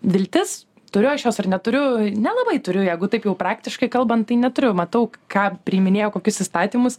viltis turiu aš jos ar neturiu nelabai turiu jeigu taip jau praktiškai kalbant tai neturiu matau ką priiminėja kokius įstatymus